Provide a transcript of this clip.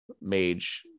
mage